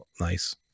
nice